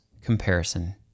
comparison